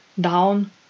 down